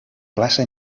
plaça